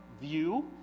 view